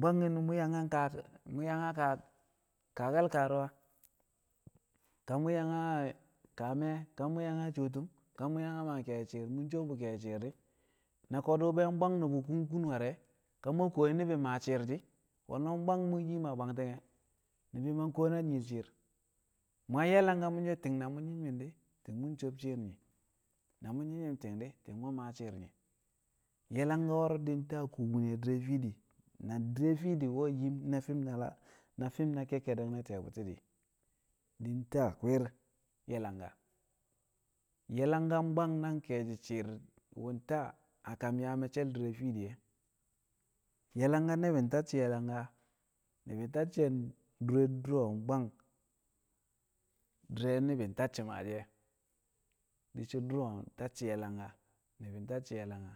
bwangki̱n mu̱ yang a kaa mu̱ yang a kaa kaake̱l kaaru̱wa ka yang a kaa me̱e̱ ka mu̱ yang a coo tu̱m ka mu̱ yang a maa ke̱e̱shi̱ shi̱i̱r mu̱ sob bu̱ ke̱e̱shi̱ shi̱i̱r di̱ na ko̱du̱ be̱ bwang nu̱bu̱ ku̱ kun ware̱ ka mu̱ we̱ kuwoshi ni̱bi̱ maa shi̱i̱r di̱ wolmo bwang mu̱ yim a bwangti̱nge̱ ni̱bi̱ man kuwom a yi shi̱i̱r mu̱ yang ye̱ langka mu̱ so̱ ti̱ng na mu̱ nyi̱m nyi̱m di̱ ti̱ng mu̱ sob shi̱i̱r na mu̱ nyi̱m nyi̱m di̱ ti̱ng mu̱ maa shi̱i̱r yi ye̱ langka wo̱ro̱ di̱ ta a kubinel di̱re̱ fiidi na di̱re̱ fiidi we̱ yim na fi̱m na na fi̱m na kekkedek ti̱ye̱ bu̱ti̱ di̱ ta a kwir ye̱ langka ye̱ langka bwang nang ke̱e̱shi̱ shi̱i̱r wu̱ ta a kam yaa me̱cce̱l di̱re̱ fiidi e̱ ye̱ langka ni̱bi̱ tacci̱ ye̱ langka ni̱bi̱ tacci̱ dure du̱ro̱ mbwang di̱re̱ ni̱bi̱ tacci̱ maashi̱ e̱ di̱ shi̱ du̱ro̱ tacci̱ ye̱ langka.